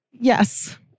Yes